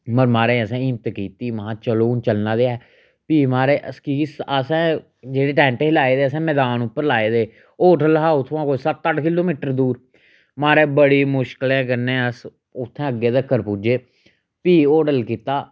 बा महाराज असें हिम्मत कीती महां चलो हून चलना ते ऐ फ्ही महाराज अस कि असें जेह्ड़े टैंट हे लाए दे असें मैदान उप्पर हे लाए दे होटल हा उत्थुआं कोई सत्त अट्ठ किलो मीटर दूर महाराज बड़ी मुश्कलै कन्नै अस उत्थैं अग्गै तकर पुज्जे फ्ही होटल कीता